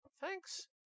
thanks